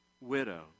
widow